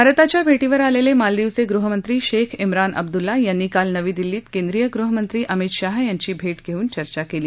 भारताच्या भेटीवर आलेले मालदीवचे गृहमंत्री शेख मिन अब्दुल्ला यांनी काल नवी दिल्लीत केंद्रीय गृहमंत्री अमित शहा यांची भेट घेऊन चर्चा केली